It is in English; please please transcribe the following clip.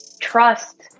trust